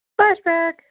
Flashback